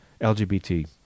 LGBT